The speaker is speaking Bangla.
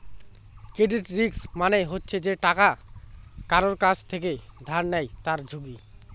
ক্রেডিট রিস্ক মানে হচ্ছে যে টাকা কারুর কাছ থেকে ধার নেয় তার ঝুঁকি